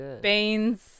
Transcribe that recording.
beans